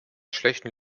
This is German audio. schlechten